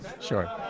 Sure